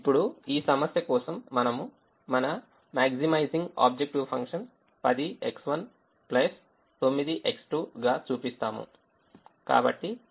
ఇప్పుడు ఈ సమస్య కోసం మనము మన maximizing objective function 10X1 9X2 గా చూపిస్తాము